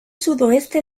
sudoeste